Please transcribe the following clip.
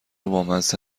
بامزه